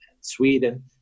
Sweden